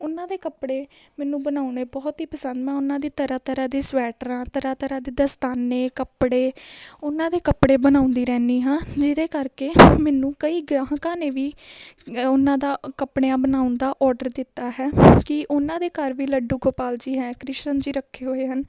ਉਹਨਾਂ ਦੇ ਕੱਪੜੇ ਮੈਨੂੰ ਬਣਾਉਣੇ ਬਹੁਤ ਹੀ ਪਸੰਦ ਮੈਂ ਉਹਨਾਂ ਦੀ ਤਰ੍ਹਾਂ ਤਰ੍ਹਾਂ ਦੀ ਸਵੈਟਰਾਂ ਤਰ੍ਹਾਂ ਤਰ੍ਹਾਂ ਦੇ ਦਸਤਾਨੇ ਕੱਪੜੇ ਉਹਨਾਂ ਦੇ ਕੱਪੜੇ ਬਣਾਉਂਦੀ ਰਹਿੰਦੀ ਹਾਂ ਜਿਹਦੇ ਕਰਕੇ ਮੈਨੂੰ ਕਈ ਗ੍ਰਾਹਕਾਂ ਨੇ ਵੀ ਉਹਨਾਂ ਦਾ ਅ ਕੱਪੜਿਆਂ ਬਣਾਉਣ ਦਾ ਆਰਡਰ ਦਿੱਤਾ ਹੈ ਕਿ ਉਹਨਾਂ ਦੇ ਘਰ ਵੀ ਲੱਡੂ ਗੋਪਾਲ ਜੀ ਹੈ ਕ੍ਰਿਸ਼ਨ ਜੀ ਰੱਖੇ ਹੋਏ ਹਨ